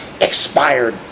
expired